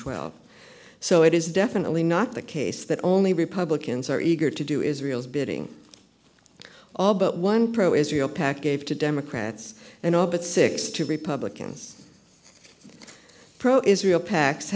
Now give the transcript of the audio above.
twelve so it is definitely not the case that only republicans are eager to do israel's bidding all but one pro israel package to democrats and up at six to republicans pro israel pac